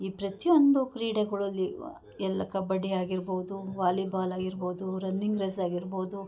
ಈ ಪ್ರತಿ ಒಂದು ಕ್ರೀಡೆಗಳಲ್ಲಿ ಎಲ್ಲ ಕಬಡ್ಡಿ ಆಗಿರ್ಬೌದು ವಾಲಿಬಾಲ್ ಆಗಿರ್ಬೌದು ರನ್ನಿಂಗ್ ರೇಸ್ ಆಗಿರ್ಬೌದು